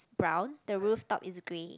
brown the rooftop is gray